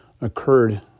occurred